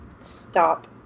stop